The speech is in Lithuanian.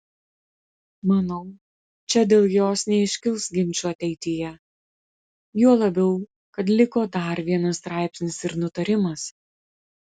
manau čia dėl jos neiškils ginčų ateityje juo labiau kad liko dar vienas straipsnis ir nutarimas